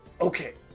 Okay